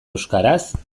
euskaraz